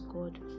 God